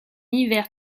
hiver